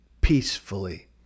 peacefully